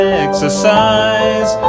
exercise